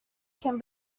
can